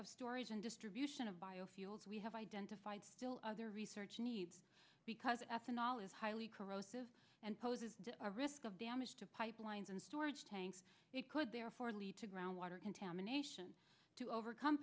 of stories and distribution of biofuels we have identified still other research needs because ethanol is highly corrosive and poses a risk of damage to pipelines and storage tanks it could therefore lead to groundwater contamination to overcome